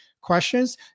questions